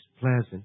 pleasant